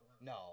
No